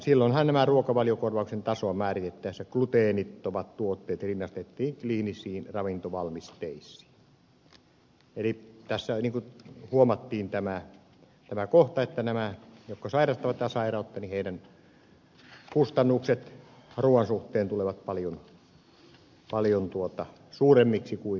silloinhan ruokavaliokorvauksen tasoa määritettäessä gluteenittomat tuotteet rinnastettiin kliinisiin ravintovalmisteisiin eli tässä huomattiin tämä kohta että näiden ihmisten jotka sairastavat tätä sairautta kustannukset ruuan suhteen tulevat paljon suuremmiksi kuin muilla kansalaisilla